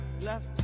left